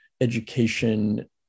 education